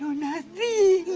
not! the